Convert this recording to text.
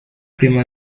crema